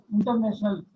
International